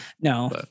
no